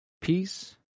peace